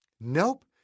Nope